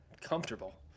comfortable